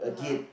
(uh huh)